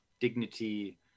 dignity